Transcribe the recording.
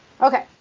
Okay